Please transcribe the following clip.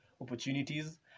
opportunities